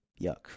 yuck